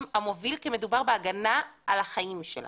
המוביל כי מדובר בהגנה על החיים שלנו.